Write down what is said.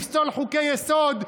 לפסול חוקי-יסוד,